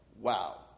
wow